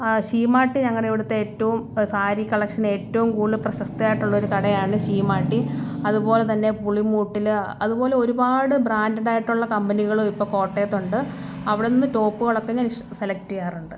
ശീമാട്ടി ഞങ്ങളുടെ ഇവിടുത്തെ ഏറ്റവും സാരി കളക്ഷൻ ഏറ്റവും കൂടുതല് പ്രശസ്തയായിട്ടുള്ള ഒരു കടയാണ് ശീമാട്ടി അതുപോലെ തന്നെ പുളിമൂട്ടിൽ അതുപോലെ ഒരുപാട് ബ്രാൻഡഡായിട്ടുള്ള കമ്പനികള് ഇപ്പോൾ കോട്ടയത്തുണ്ട് അവിടുന്ന് ടോപ്പുകളൊക്കെ ഞാൻ ഇഷ് സെലക്ട് ചെയ്യാറുണ്ട്